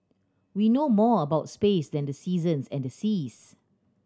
we know more about space than the seasons and the seas